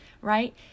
right